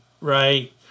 right